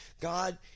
God